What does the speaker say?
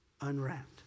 unwrapped